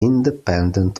independent